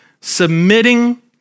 submitting